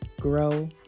grow